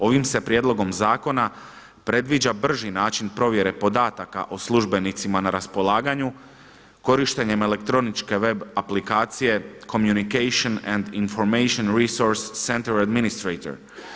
Ovim se prijedlogom zakona predviđa brži način provjere podataka o službenicima na raspolaganju korištenjem elektroničke web aplikacije comunitation and information resurce centre of administration.